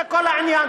זה כל העניין,